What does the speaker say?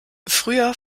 früher